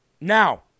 Now